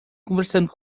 conversando